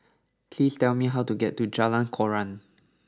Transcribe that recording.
please tell me how to get to Jalan Koran